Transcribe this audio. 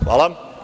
Hvala.